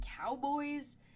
cowboys